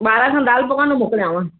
ॿारहं खनि दाल पकवान मोकिलियांव